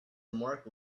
remark